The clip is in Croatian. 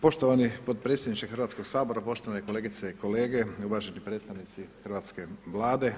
Poštovani potpredsjedniče Hrvatskoga sabora, poštovane kolegice i kolege, uvaženi predstavnici hrvatske Vlade.